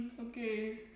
Okay